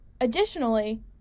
Additionally